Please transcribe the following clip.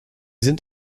sind